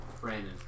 Brandon